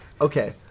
Okay